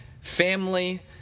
family